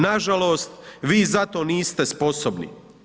Nažalost, vi za to niste sposobni.